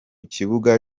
kibuga